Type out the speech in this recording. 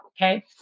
Okay